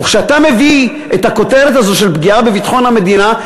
וכשאתה מביא את הכותרת הזאת של פגיעה בביטחון המדינה,